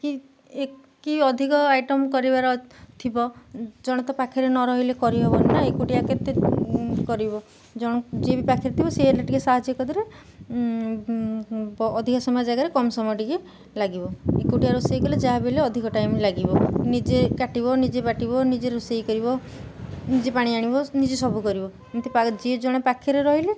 କି କି ଅଧିକ ଆଇଟମ୍ କରିବାର ଥିବ ଜଣେ ତ ପାଖରେ ନ ରହିଲେ କରିହେବନି ନା ଏକୁଟିଆ କେତେ କରିବ ଜଣେ ଯିଏ ବି ପାଖରେ ଥିବ ସିଏ ଟିକେ ସାହାଯ୍ୟ କରିଦେଲେ ଅଧିକା ସମୟ ଜାଗାରେ କମ ସମୟ ଟିକେ ଲାଗିବ ଏକୁଟିଆ ରୋଷେଇ କଲେ ଯାହାବି ହେଲେ ଅଧିକ ଟାଇମ୍ ଲାଗିବ ନିଜେ କାଟିବ ନିଜେ ବାଟିବ ନିଜେ ରୋଷେଇ କରିବ ନିଜେ ପାଣି ଆଣିବ ନିଜେ ସବୁ କରିବ ଏମିତି ଯିଏ ଜଣେ ପାଖରେ ରହିଲେ